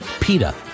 PETA